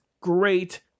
great